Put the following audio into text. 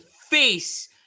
face